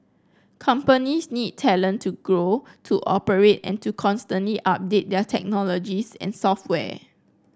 companies need talent to grow to operate and to constantly update their technologies and software